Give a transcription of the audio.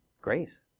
Grace